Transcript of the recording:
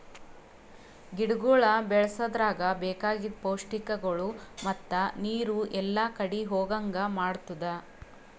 ಗಿಡಗೊಳ್ ಬೆಳಸದ್ರಾಗ್ ಬೇಕಾಗಿದ್ ಪೌಷ್ಟಿಕಗೊಳ್ ಮತ್ತ ನೀರು ಎಲ್ಲಾ ಕಡಿ ಹೋಗಂಗ್ ಮಾಡತ್ತುದ್